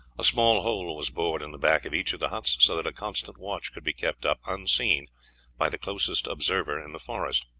a small hole was bored in the back of each of the huts, so that a constant watch could be kept up unseen by the closest observer in the forest,